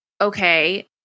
okay